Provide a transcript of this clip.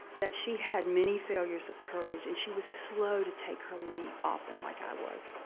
that she had many failures of courage and she was slow to take her leap often, like i was.